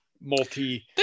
multi